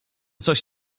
coś